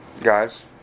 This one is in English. guys